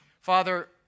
Father